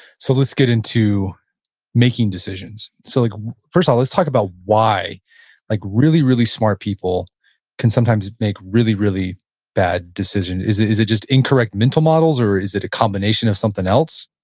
so, let's get into making decisions. so like first of all, let's talk about why like really, really smart people can sometimes make really, really bad decisions. is it is it just incorrect mental models or is it a combination of something else?